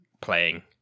playing